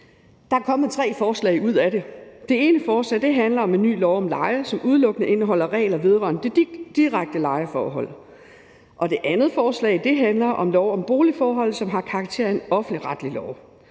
Der er kommet tre forslag ud af det. Det ene forslag handler om en ny lov om leje, som udelukkende indeholder regler vedrørende det direkte lejeforhold. Det andet forslag handler om lov om boligforhold og har karakter af en offentligretlig lov.